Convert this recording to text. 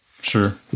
Sure